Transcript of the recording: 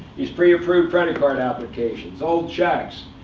these pre-approved credit card applications, old checks,